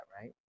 right